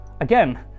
Again